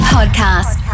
Podcast